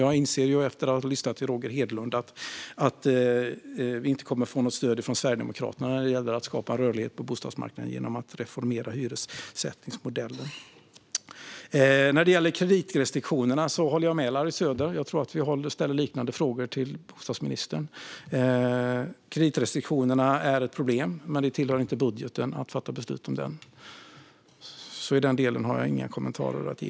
Jag inser efter att ha lyssnat till Roger Hedlund att vi inte kommer att få något stöd från Sverigedemokraterna när det gäller att skapa rörlighet på bostadsmarknaden genom att reformera hyressättningsmodellen. När det gäller kreditrestriktionerna håller jag med Larry Söder. Jag tror att vi ställer liknande frågor till bostadsministern. Kreditrestriktionerna är ett problem. Men det tillhör inte budgeten att fatta beslut om dem. I den delen har jag inga kommentarer att ge.